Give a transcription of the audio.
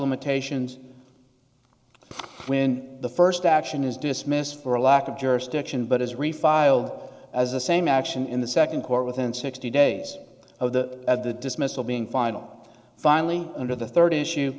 limitations when the first action is dismissed for a lack of jurisdiction but is refiled as the same action in the second court within sixty days of the at the dismissal being final finally under the third issue